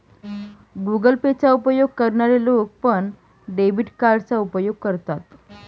Google Pay चा उपयोग करणारे लोक पण, डेबिट कार्डचा उपयोग करतात